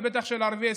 ובטח של ערביי ישראל.